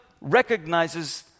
recognizes